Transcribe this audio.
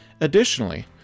Additionally